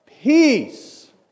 peace